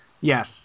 Yes